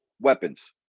weapons